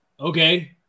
Okay